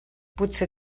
potser